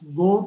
go